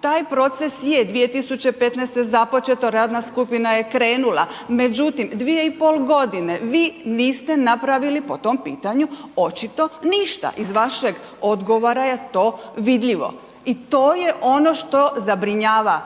Taj proces je 2015. započeto, radna skupina je krenula, međutim 2,5 godine vi niste napravili po tom pitanju očito ništa. Iz vašeg odgovora je to vidljivo i to je ono što zabrinjava